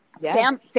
Sam